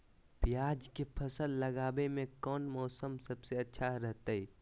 प्याज के फसल लगावे में कौन मौसम सबसे अच्छा रहतय?